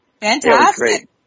Fantastic